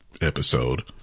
episode